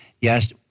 Yes